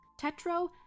tetro